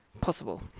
possible